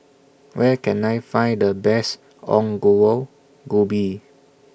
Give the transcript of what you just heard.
Where Can I Find The Best Ongol Ubi